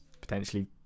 potentially